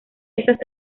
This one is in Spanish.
esas